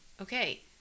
okay